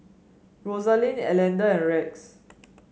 Rosalind Elder and Rex